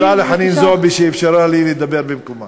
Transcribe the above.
תודה לחנין זועבי שאפשרה לי לדבר במקומה.